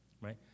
right